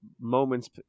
moments